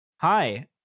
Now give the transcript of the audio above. Hi